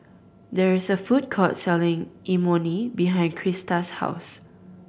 there is a food court selling Imoni behind Crysta's house